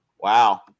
Wow